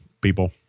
people